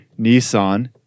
Nissan